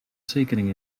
zekering